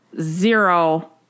zero